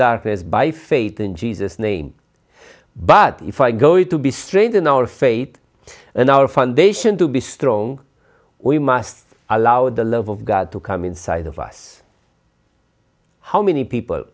darkness by faith in jesus name but if i go it to be strained in our faith and our foundation to be strong we must allow the love of god to come inside of us how many people